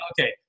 okay